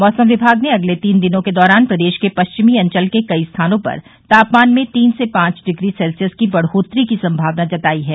मौसम विमाग ने अगले तीन दिनों के दौरान प्रदेश के पश्चिमी अंचल के कई स्थानों पर तापमान में तीन से पांच डिग्री सेल्सियस की बढ़ोत्तरी की संभावना जताई है